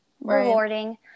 rewarding